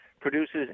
produces